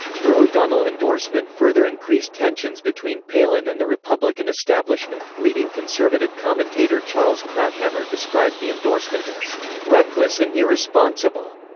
her o'donnell endorsement further increased tensions between palin and the republican establishment leading conservative commentator charles krauthammer described the endorsement as reckless and irresponsible.